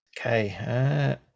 Okay